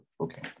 okay